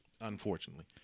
unfortunately